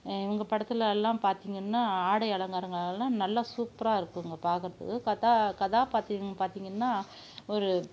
இவங்க படத்தில் எல்லாம் பார்த்திங்கன்னா ஆடை அலங்காரங்கள் எல்லாம் நல்லா சூப்பராக இருக்குதுங்க பார்க்கறதுக்கு கதா கதாபாத்திரம் பார்த்திங்கன்னா ஒரு